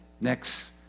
Next